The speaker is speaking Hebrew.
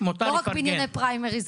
לא רק בענייני פריימריז.